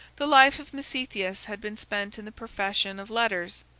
the life of misitheus had been spent in the profession of letters,